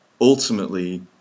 ultimately